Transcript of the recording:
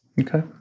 Okay